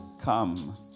Come